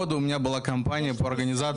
הייתי לי חברת הפקה מאוד גדולה.